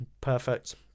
perfect